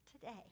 today